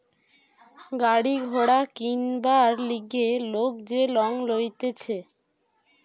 গাড়ি ঘোড়া কিনবার লিগে লোক যে লং লইতেছে